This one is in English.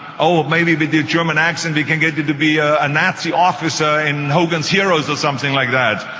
oh, maybe with your german accent we can get you to be ah a nazi officer in hogan's heroes or something like that.